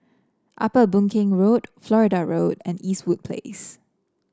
Upper Boon Keng Road Florida Road and Eastwood Place